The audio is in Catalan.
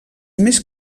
més